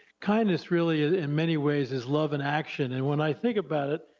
kindness really in many ways is love in action, and when i think about it,